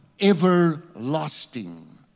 everlasting